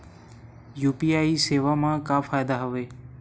UPI सेवा मा का फ़ायदा हवे?